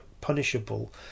punishable